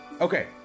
Okay